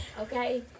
Okay